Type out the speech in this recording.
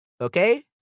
okay